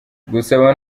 gusaba